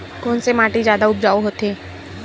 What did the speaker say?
कोन से माटी जादा उपजाऊ होथे?